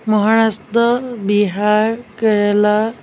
Maharashtra Bihar Kerala